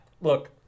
look